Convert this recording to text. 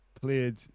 played